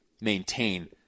maintain